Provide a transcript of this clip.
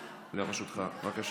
לרשותך, בבקשה.